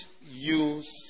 use